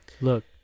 Look